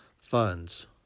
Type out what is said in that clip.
funds